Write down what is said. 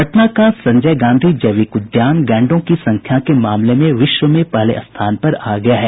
पटना का संजय गांधी जैविक उद्यान गैंडों की संख्या में मामले में विश्व में पहले स्थान पर आ गया है